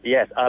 Yes